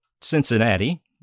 Cincinnati